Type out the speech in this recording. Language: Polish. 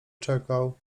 czekał